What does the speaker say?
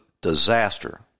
disaster